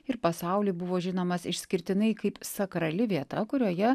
ir pasauliui buvo žinomas išskirtinai kaip sakrali vieta kurioje